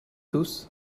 tous